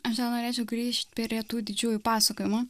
aš nenorėčiau grįžt prie tų didžiųjų pasakojimų